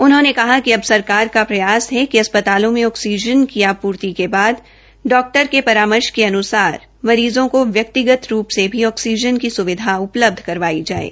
उन्होंने कहा कि अब सरकार का प्रयास है कि अस्पतालों मे ऑक्सीजन की आपूर्ति के बाद डॉक्टर के परामर्श के अनुसार मरीज़ों को व्यक्तिगत रूप से भी ऑक्सीजन की स्विधा उपलब्ध करवाई जाये